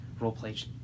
roleplay